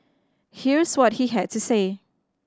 here's what he had to say